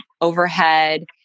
overhead